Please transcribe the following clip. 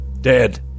Dead